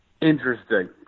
Interesting